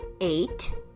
eight